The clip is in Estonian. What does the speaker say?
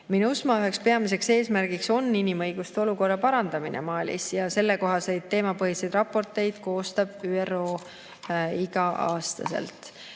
MINUSMA üks peamisi eesmärke on inimõiguste olukorra parandamine Malis ja sellekohaseid teemapõhiseid raporteid koostab ÜRO igal aastal.